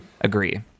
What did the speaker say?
agree